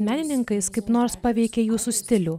menininkais kaip nors paveikė jūsų stilių